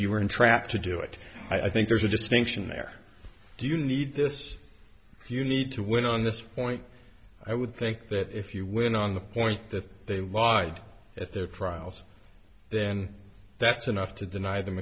you were entrapped to do it i think there's a distinction there do you need this you need to win on this point i would think that if you win on the point that they lied at their trials then that's enough to deny them